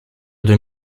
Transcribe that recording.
deux